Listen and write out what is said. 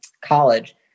college